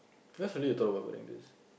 why suddenly you thought about wearing this